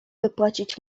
wypłacić